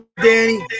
Danny